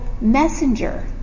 messenger